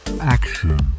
Action